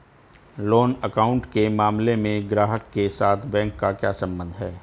Loan account के मामले में ग्राहक के साथ बैंक का क्या संबंध है?